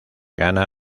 gana